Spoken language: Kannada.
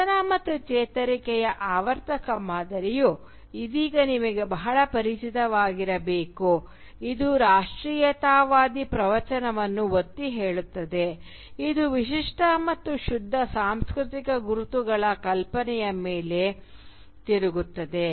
ಪತನ ಮತ್ತು ಚೇತರಿಕೆಯ ಆವರ್ತಕ ಮಾದರಿಯು ಇದೀಗ ನಿಮಗೆ ಬಹಳ ಪರಿಚಿತವಾಗಿರಬೇಕು ಇದು ರಾಷ್ಟ್ರೀಯತಾವಾದಿ ಪ್ರವಚನವನ್ನು ಒತ್ತಿಹೇಳುತ್ತದೆ ಇದು ವಿಶಿಷ್ಟ ಮತ್ತು ಶುದ್ಧ ಸಾಂಸ್ಕೃತಿಕ ಗುರುತುಗಳ ಕಲ್ಪನೆಯ ಮೇಲೆ ತಿರುಗುತ್ತದೆ